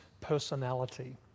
personality